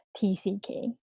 tck